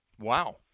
wow